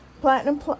Platinum